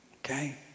Okay